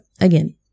again